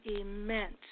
immense